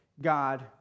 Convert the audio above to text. God